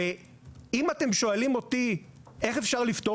ואם אתם שואלים אותי איך אפשר לפתור